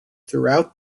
throughout